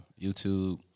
YouTube